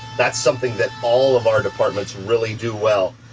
that's something that all of our departments really do well.